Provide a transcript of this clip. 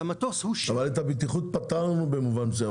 אבל את הבטיחות פתרנו במובן מסוים.